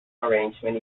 arrangement